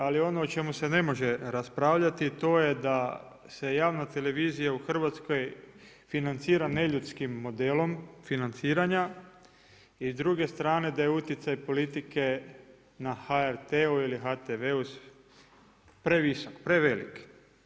Ali, ono o čemu se ne može raspravljati, to je da se javna televizija u Hrvatskoj financira neljudskim modelom, financiranja i s druge strane, da je utjecaj politike na HRT-u ili HTV-u previsok, prevelik.